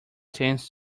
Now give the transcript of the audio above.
tends